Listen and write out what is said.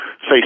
say